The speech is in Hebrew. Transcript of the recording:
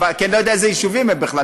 כי אני לא יודע איזה יישובים הם בכלל.